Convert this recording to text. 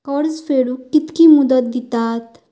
कर्ज फेडूक कित्की मुदत दितात?